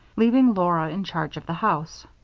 leaving laura in charge of the house.